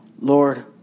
Lord